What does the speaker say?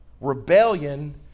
Rebellion